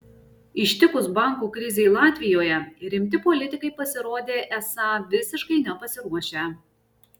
ištikus bankų krizei latvijoje rimti politikai pasirodė esą visiškai nepasiruošę